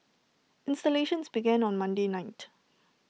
installations began on Monday night